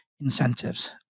incentives